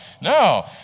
No